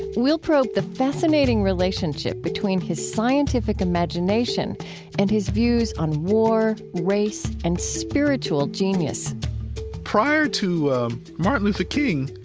we'll probe the fascinating relationship between his scientific imagination and his views on war, race and spiritual genius prior to martin luther king,